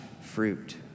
fruit